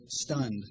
stunned